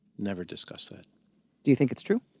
never discussed that do you think it's true?